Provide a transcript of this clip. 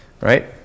right